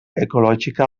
ecològica